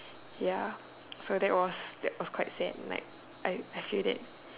ya so that was that was quite sad like I I feel that